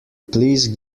please